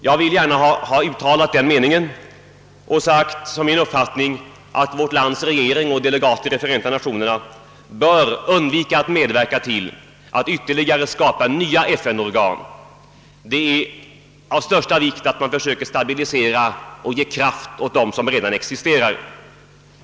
Jag vill gärna ha uttalat min uppfattning att vårt lands regering och delegater i Förenta Nationerna bör undvika att medverka till att skapa fler nya FN-organ. Det är av största vikt att man försöker stabilisera och ge kraft åt de institutioner som redan existerar.